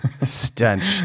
stench